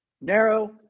Narrow